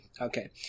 Okay